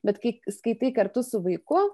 bet kai skaitai kartu su vaiku